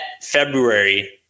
February